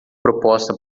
proposta